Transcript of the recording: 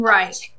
Right